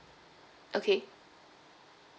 okay